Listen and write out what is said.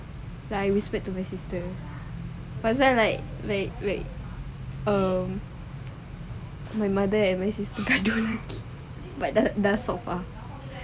like I whisper to my sister pasal like like like um my mother and my sister are don't rugi but that that sofa